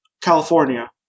California